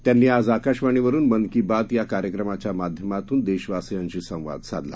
त्यांनी आज आकाशवाणीवरून मन की बात या कार्यक्रमाच्या माध्यमातून देशवासीयांशी संवाद साधला